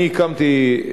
אני הקמתי,